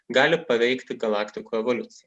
gali paveikti galaktikų evoliuciją